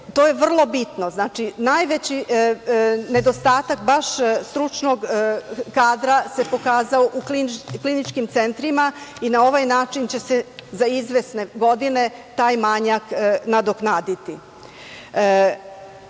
to je vrlo bitno. Znači, najveći nedostatak baš stručnog kadra se pokazao u kliničkim centrima i na ovaj način će se za izvesne godine taj manjak nadoknaditi.Međutim,